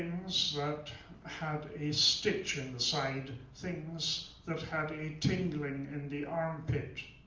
so that had a stitch in the side, things that had a tingling in the armpit,